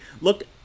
Look